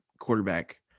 quarterback